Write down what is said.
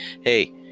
hey